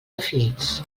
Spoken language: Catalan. definits